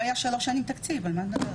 לא היה שלוש שנים תקציב, על מה את מדברת?